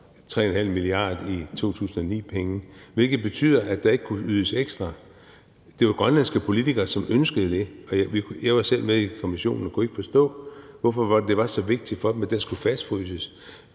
3,5 mia. kr. i 2009-penge, hvilket betyder, at der ikke kunne ydes ekstra. Det var grønlandske politikere, som ønskede det. Jeg var selv med i kommissionen og kunne ikke forstå, hvorfor det var så vigtigt for dem, at det skulle fastfryses.